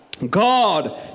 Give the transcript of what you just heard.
God